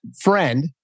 friend